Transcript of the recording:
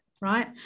right